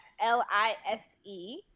L-I-S-E